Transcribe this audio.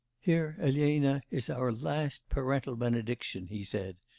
here, elena, is our last parental benediction he said,